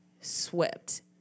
swept